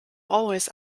always